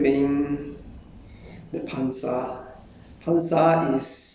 can travel ah you can only not travel during